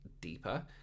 deeper